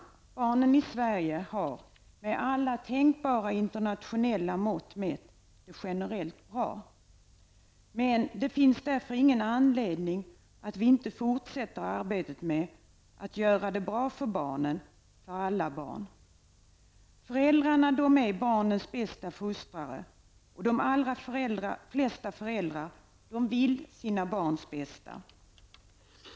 Barnen i Sverige har, med alla tänkbara internationella mått mätt, det generellt bra. Men det finns därför ingen anledning att inte fortsätta arbetet med att göra det bra för barnen, för alla barn. Föräldrarna är barnens bästa fostrare, och de allra flesta föräldrar vill sina barns bästa.